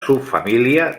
subfamília